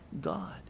God